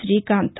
Srikanth